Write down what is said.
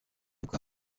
nuko